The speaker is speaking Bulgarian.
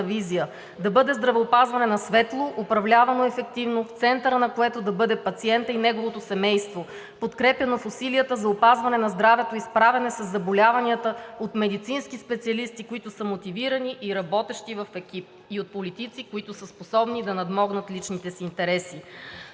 визия, да бъде здравеопазване на светло, управлявано ефективно, в центъра на което да бъде пациентът и неговото семейство, подкрепяно в усилията за опазване на здравето и справяне със заболяванията от медицински специалисти, които са мотивирани и работещи в екип, и от политици, които са способни да надмогнат личните си интереси.